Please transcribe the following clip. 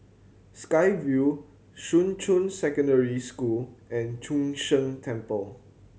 Sky Vue Shuqun Secondary School and Chu Sheng Temple